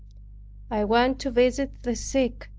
i went to visit the sick,